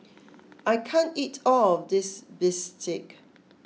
I can't eat all of this Bistake